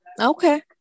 Okay